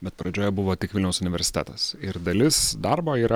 bet pradžioje buvo tik vilniaus universitetas ir dalis darbo yra